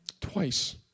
twice